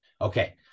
okay